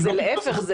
להיפך,